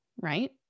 right